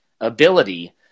ability